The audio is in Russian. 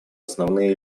основные